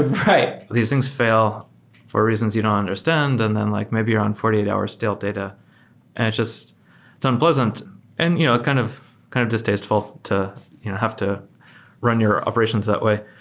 ah these things fail for reasons you don't understand. and then like maybe around forty eight hours still data and just it's unpleasant and you know kind of kind of distasteful to have to run your operations that way.